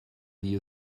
die